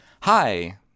hi